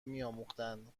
میآموختند